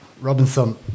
Robinson